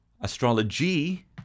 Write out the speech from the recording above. Astrology